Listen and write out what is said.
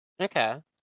Okay